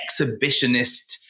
exhibitionist